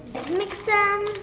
mix them.